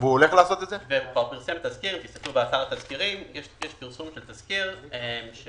הוא כבר פרסם תזכיר תסתכלו באתר התזכירים - יש פרסום של תזכיר של